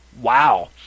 wow